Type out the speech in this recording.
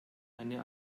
eine